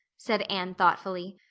said anne thoughtfully.